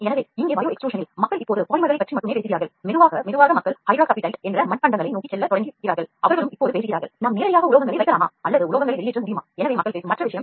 உயிர் பிதிர்வில் மக்கள் இப்போது பாலிமர்களைப்பற்றி மட்டுமே பேசுகிறார்கள் மெதுவாக மக்கள் மட்பாண்டங்கள் ஹைட்ராக்ஸிபடைட் உலோகங்கள் ஆகியவற்றை நோக்கிச் செல்லத் தொடங்கி இருக்கிறார்கள்